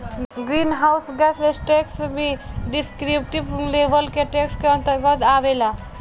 green house gas tax भी descriptive level के tax के अंतर्गत आवेला